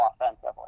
offensively